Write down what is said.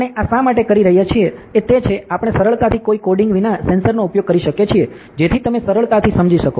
આપણે આ શા માટે કરી રહ્યા છીએ તે છે આપણે સરળતાથી કોઈ કોડિંગ વિના સેન્સરનો ઉપયોગ કરી શકીએ છીએ જેથી તમે સરળતાથી સમજી શકો